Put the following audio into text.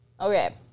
okay